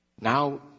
now